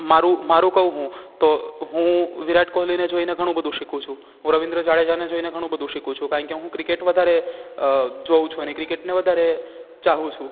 મારું મ મ મારું કહુ હું તો હું વિરાટ કોહલીને જોઈને ઘણુંબધું શીખું છું હું રવીન્દ્ર જાડેજાને જોઈને ઘણુંબધું શીખું છું કારણ કે હું ક્રિકેટ વધારે જોઉં છું અને ક્રિકેટને વધારે ચાહું છું